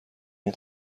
اون